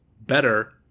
better